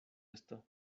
esto